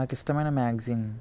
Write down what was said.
నాకిష్టమైన మ్యాగ్జిన్